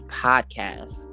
podcast